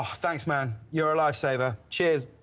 ah thanks, man. you're a lifesaver. cheers.